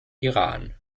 iran